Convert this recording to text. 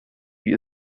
wie